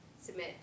submit